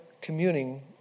communing